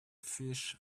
fish